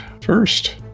first